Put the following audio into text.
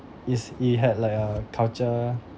is it had like a culture